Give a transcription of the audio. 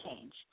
change